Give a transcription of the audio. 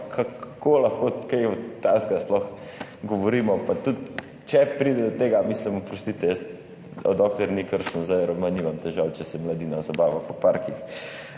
kako lahko kaj takega sploh govorimo? Pa tudi če pride do tega, oprostite, dokler ni kršen ZJRM, nimam težav, če se mladina zabava po parkih.